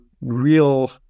real